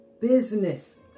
business